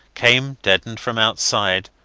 came deadened from outside,